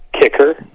Kicker